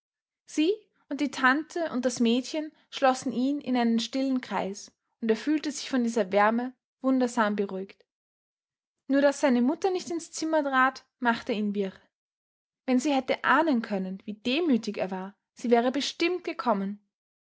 sie und die tante und das mädchen schlossen ihn in einen stillen kreis und er fühlte sich von dieser wärme wundersam beruhigt nur daß seine mutter nicht ins zimmer trat machte ihn wirr wenn sie hätte ahnen können wie demütig er war sie wäre bestimmt gekommen